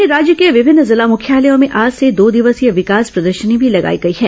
वहीं राज्य के विभिन्न जिला मुख्यालयों में आज से दो दिवसीय विकास प्रदर्शनी भी लगाई गई है